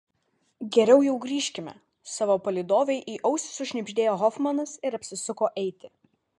geriau jau grįžkime savo palydovei į ausį sušnibždėjo hofmanas ir apsisuko eiti